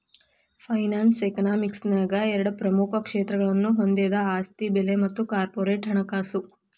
finance economics ನ್ಯಾಗ ಎರಡ ಪ್ರಮುಖ ಕ್ಷೇತ್ರಗಳನ್ನ ಹೊಂದೆದ ಆಸ್ತಿ ಬೆಲೆ ಮತ್ತ ಕಾರ್ಪೊರೇಟ್ ಹಣಕಾಸು